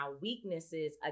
weaknesses